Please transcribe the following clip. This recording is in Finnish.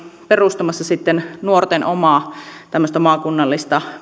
perustamassa nuorten oma tämmöinen maakunnallisesta